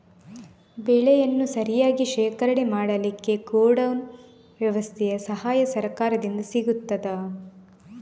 ಬೆಳೆಯನ್ನು ಸರಿಯಾಗಿ ಶೇಖರಣೆ ಮಾಡಲಿಕ್ಕೆ ಗೋಡೌನ್ ವ್ಯವಸ್ಥೆಯ ಸಹಾಯ ಸರಕಾರದಿಂದ ಸಿಗುತ್ತದಾ?